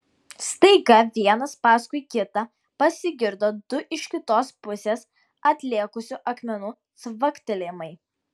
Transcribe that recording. staiga vienas paskui kitą pasigirdo du iš kitos pusės atlėkusių akmenų cvaktelėjimai